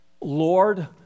Lord